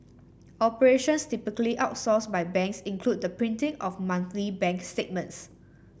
operations typically outsourced by banks include the printing of monthly bank statements